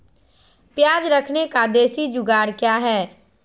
प्याज रखने का देसी जुगाड़ क्या है?